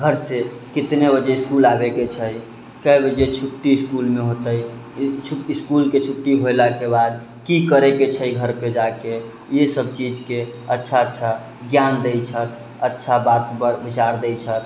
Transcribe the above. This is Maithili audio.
घरसँ कितने बजे इसकुल आबैके छै कए बजे छुट्टी इसकुलमे होतै इसकुलके छुट्टी होलाके बाद की करैके छै घरपर जाके इहे सब चीजके अच्छा अच्छा ज्ञान दै छथि अच्छा बात विचार दै छथि